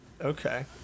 okay